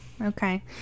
Okay